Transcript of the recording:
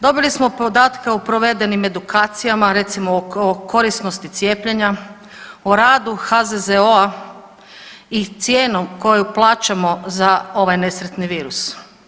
Dobili smo podatke o provedenim edukacijama, recimo o korisnosti cijepljenja, o radu HZZO-a i cijenu koju plaćamo za ovaj nesretni virus.